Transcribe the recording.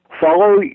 follow